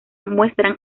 muestran